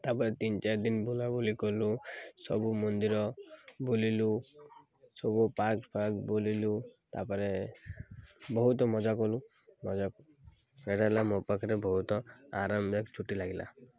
ତା'ପରେ ତିନି ଚାରି ଦିନ ବୁଲାବୁଲି କଲୁ ସବୁ ମନ୍ଦିର ବୁଲିଲୁ ସବୁ ପାର୍କ ଫାର୍କ ବୁଲିଲୁ ତା'ପରେ ବହୁତ ମଜା କଲୁ ମଜା ହେଲା ମୋ ପାଖରେ ବହୁତ ଆରାମଦାୟକ ଛୁଟି ଲାଗିଲା